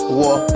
war